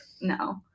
No